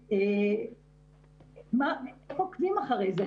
איך עוקבים אחרי זה?